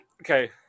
okay